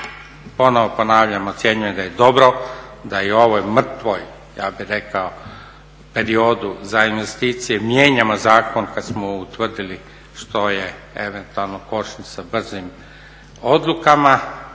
ponovo ponavljam, ocjenjujem da je dobro da i mrtvoj ja bih rekao periodu za investicije mijenjamo zakon kad smo utvrdili što je eventualno … sa brzim odlukama,